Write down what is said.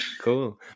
Cool